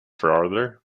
farther